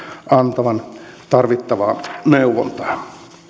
antavan tarvittavaa neuvontaa